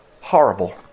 horrible